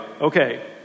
Okay